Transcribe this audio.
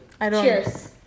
Cheers